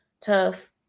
tough